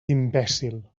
imbècil